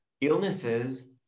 illnesses